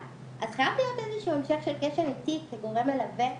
אז חייב להיות איזה שהוא המשך של קשר איתי כגורם מלווה,